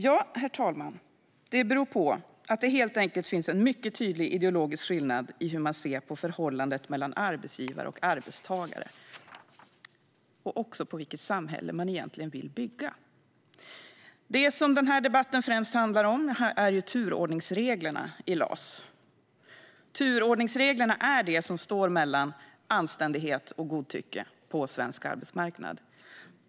Jo, herr talman, det beror helt enkelt på att det finns en mycket tydlig ideologisk skillnad i hur vi ser på förhållandet mellan arbetsgivare och arbetstagare och på vilket samhälle vi egentligen vill bygga. Det som denna debatt främst handlar om är turordningsreglerna i LAS. Turordningsreglerna är det som står mellan anständighet och godtycke på svensk arbetsmarknad.